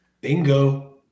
Bingo